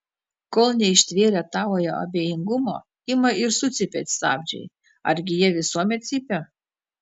kol neištvėrę tavojo abejingumo ima ir sucypia stabdžiai argi jie visuomet cypia